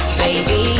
baby